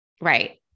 Right